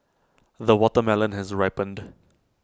the watermelon has ripened